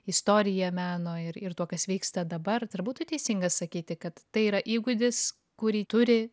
istorija meno ir ir tuo kas vyksta dabar dar būtų teisinga sakyti kad tai yra įgūdis kurį turi